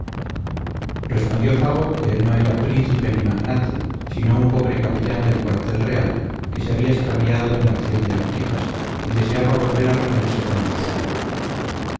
respondió fago que él no era príncipe ni magnate sino un pobre capellán del cuartel real que se había extraviado en la acción de arquijas y deseaba volver a reunirse con los suyos